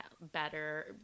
better